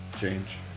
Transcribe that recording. change